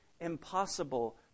impossible